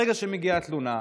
ברגע שמגיעה תלונה,